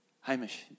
Hamish